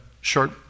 short